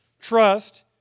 trust